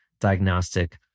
diagnostic